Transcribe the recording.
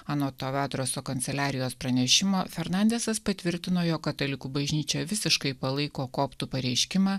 anot tavadroso kanceliarijos pranešimo fernandesas patvirtino jog katalikų bažnyčia visiškai palaiko koptų pareiškimą